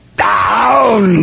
down